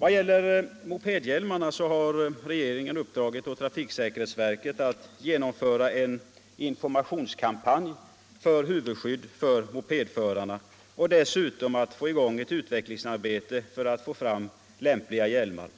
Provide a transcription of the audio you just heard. Vad gäller mopedhjälmarna så har regeringen uppdragit åt trafiksäkerhetsverket att genomföra en informationskampanj för huvudskydd för mopedförarna. Dessutom skall det sättas i gång ett utvecklingsarbete för att få fram lämpliga hjälmar.